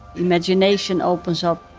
imagination opens up.